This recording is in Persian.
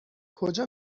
کجا